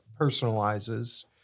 personalizes